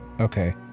Okay